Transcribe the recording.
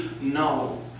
no